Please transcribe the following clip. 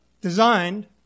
designed